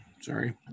Sorry